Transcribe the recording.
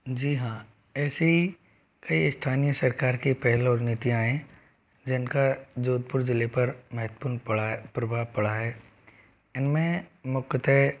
जी हाँ ऐसे ही कई स्थानीय सरकार की पहल और नीतियाँ हैं जिनका जोधपुर ज़िले पर महत्वपूर्ण पड़ा है प्रभाव पड़ा है इन में मुख्यतः